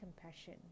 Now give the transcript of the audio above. compassion